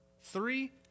Three